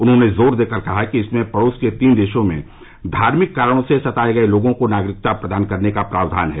उन्होंने जोर देकर कहा कि इसमें पड़ोस के तीन देशों में धार्मिक कारणों से सताये गये लोगों को नागरिकता प्रदान करने का प्रावधान है